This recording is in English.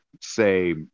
say